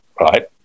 right